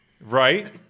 Right